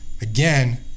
Again